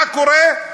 מה קורה?